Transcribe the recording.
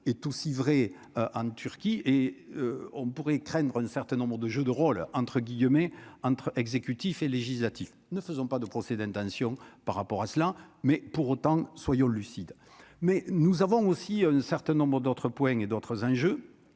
est aussi vrai en Turquie et on pourrait craindre un certains nombres de jeux de rôles entre guillemets entre exécutif et législatif, ne faisons pas de procès d'intention, par rapport à cela mais, pour autant, soyons lucides, mais nous avons aussi un certain nombre d'autres points et d'autres enjeux